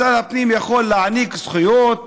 משרד הפנים יכול להעניק זכויות,